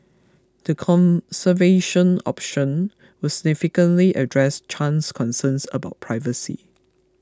the conservation option would significantly address Chan's concerns about privacy